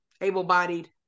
able-bodied